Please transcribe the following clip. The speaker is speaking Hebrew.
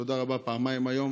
תודה רבה פעמיים היום,